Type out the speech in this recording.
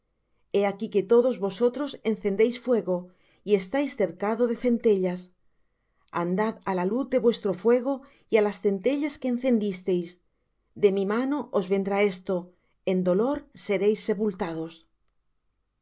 he aquí que todos vosotros encendéis fuego y estáis cercados de centellas andad á la luz de vuestro fuego y á las centellas que encendisteis de mi mano os vendrá esto en dolor seréis sepultados